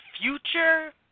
future